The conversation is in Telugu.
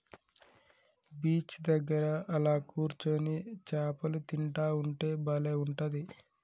బీచ్ దగ్గర అలా కూర్చొని చాపలు తింటా ఉంటే బలే ఉంటది